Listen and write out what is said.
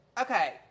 Okay